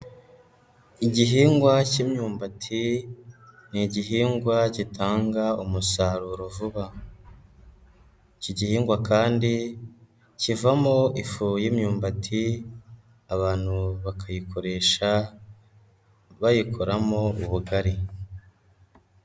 Igihingwa cy'imyumbati ni igihingwa gitanga umusaruro vuba, iki gihingwa kandi kivamo ifu y'imyumbati, abantu bakayikoresha bayikoramo ubugari.